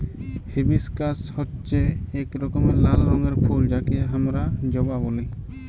hibiscus হচ্যে এক রকমের লাল রঙের ফুল যাকে হামরা জবা ব্যলি